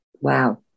wow